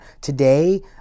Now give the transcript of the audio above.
today